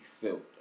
filled